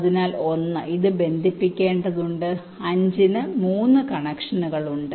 അതിനാൽ 1 ഇത് ബന്ധിപ്പിക്കേണ്ടതുണ്ട് 5 ന് 3 കണക്ഷനുകൾ ഉണ്ട്